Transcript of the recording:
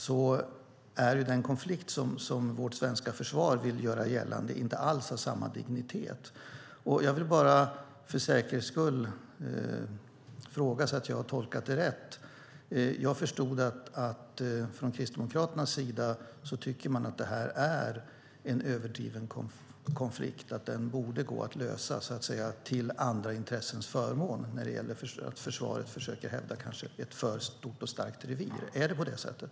Då är den konflikt som vårt svenska försvar vill göra gällande inte alls av samma dignitet. För säkerhets skull vill jag fråga, så att jag har tolkat det hela rätt. Jag förstod att man från Kristdemokraternas sida tycker att det här är en överdriven konflikt och att den borde gå att lösa till andra intressens förmån - att försvaret försöker hävda ett för stort och för starkt revir. Är det på det sättet?